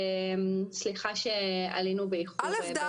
סליחה שעלינו באיחור.